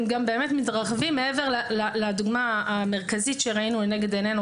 הם גם באמת מתרחבים מעבר לדוגמה המרכזית שראינו לנגד עינינו,